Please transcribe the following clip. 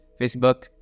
Facebook